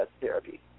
therapy